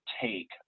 take